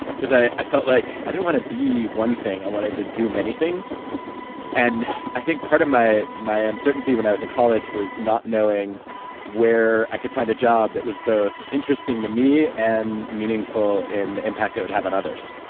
because, i i felt like, i didn't want to be one thing, i wanted to do many things and i think, part of my my uncertainty when i was in college was not knowing where i could find a job that was both interesting to me and meaningful in impact that would have on others.